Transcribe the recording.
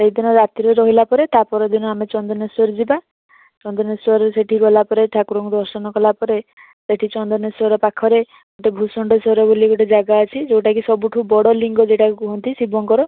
ସେଇ ଦିନରାତିରେ ରହିଲାପରେ ତା ପରଦିନ ଆମେ ଚନ୍ଦନେଶ୍ୱର ଯିବା ଚନ୍ଦନେଶ୍ୱର ସେଠି ଗଲାପରେ ଠାକୁରଙ୍କୁ ଦର୍ଶନ କଲାପରେ ସେଠି ଚନ୍ଦନେଶ୍ବର ପାଖରେ ଗୋଟେ ଭୁଷୁଣ୍ଡେଶ୍ଵର ବୋଲି ଗୋଟେ ଜାଗା ଅଛି ଯେଉଁଟାକି ସବୁଠୁ ବଡ଼ ଲିଙ୍ଗ ବୋଲି କୁହନ୍ତି ଶିବଙ୍କର